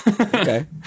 Okay